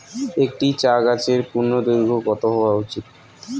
একটি চা গাছের পূর্ণদৈর্ঘ্য কত হওয়া উচিৎ?